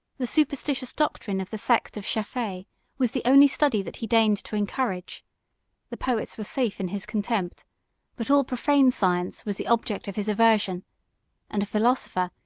the superstitious doctrine of the sect of shafei was the only study that he deigned to encourage the poets were safe in his contempt but all profane science was the object of his aversion and a philosopher,